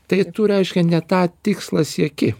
tai reiškia ne tą tikslą sieki